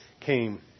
came